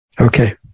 Okay